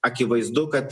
akivaizdu kad